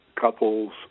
couples